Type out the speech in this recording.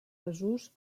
desús